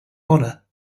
honor